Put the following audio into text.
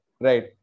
right